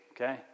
okay